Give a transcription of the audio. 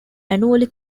annually